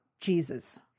jesus